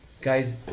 Guys